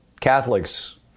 Catholics